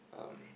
um